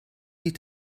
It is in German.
die